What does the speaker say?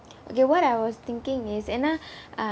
okay what I was thinking is ஏனா:yaenaa uh